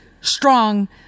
strong